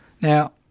now